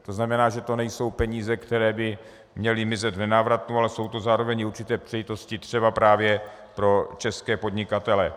To znamená, že to nejsou peníze, které by měly mizet v nenávratnu, ale jsou to zároveň i určité příležitosti třeba právě pro české podnikatele.